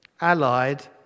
allied